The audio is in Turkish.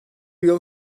yıl